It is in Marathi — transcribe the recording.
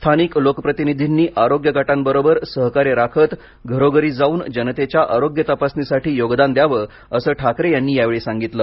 स्थानिक लोक प्रतिनिधीनी आरोग्य गटाबरोबर सहकार्य राखत घरोघरी जावून जनतेच्या आरोग्य तपासणीसाठी योगदान द्यावं असं ठाकरे यांनी यावेळी सांगीतलं